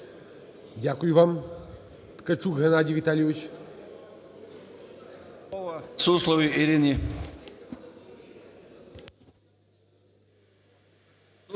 Дякую вам. Ткачук Геннадій Віталійович.